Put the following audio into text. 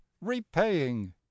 repaying